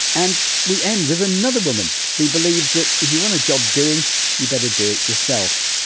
and we end with another woman who believes that if you want a job doing you'd better do it yourself.